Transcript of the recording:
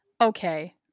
Okay